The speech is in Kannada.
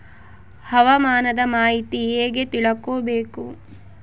ಹವಾಮಾನದ ಮಾಹಿತಿ ಹೇಗೆ ತಿಳಕೊಬೇಕು?